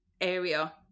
area